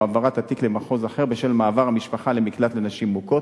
או העברת התיק למחוז אחר בשל מעבר המשפחה למקלט לנשים מוכות.